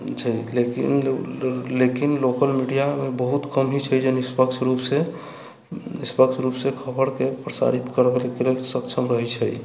छै लेकिन लोकल मीडियामे बहुत कम ही छै जे निष्पक्ष रूपसँ खबरिके प्रसारित करैके लेल सक्षम रहैत छै